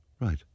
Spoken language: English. Right